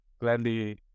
Gladly